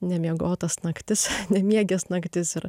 nemiegotas naktis bemieges naktis ir